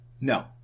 No